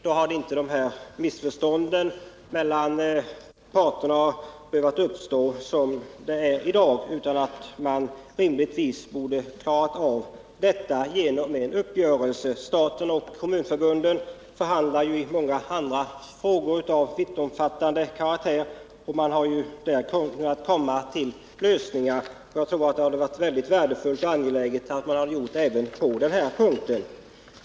Då hade inte dessa missförstånd mellan parterna behövt uppstå. Man borde rimligtvis ha undvikit dem genom en uppgörelse. Staten och kommunförbunden förhandlar ju i många andra frågor av vittomfattande karaktär och har där kunnat komma till lösningar. Det hade varit mycket värdefullt, om så hade kunnat ske även i detta fall.